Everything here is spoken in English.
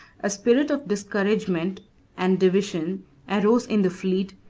a spirit of discouragement and division arose in the fleet,